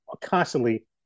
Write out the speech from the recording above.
constantly